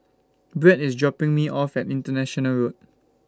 Bret IS dropping Me off At International Road